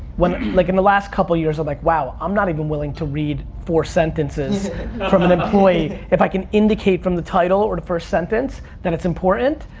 like in the last couple of years, i'm like, wow, i'm not even willing to read four sentences from an employee. if i can indicate from the title or the first sentence that it's important,